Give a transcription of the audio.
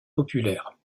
populaires